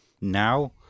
now